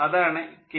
അതാണ് കെ